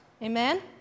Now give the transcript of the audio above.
Amen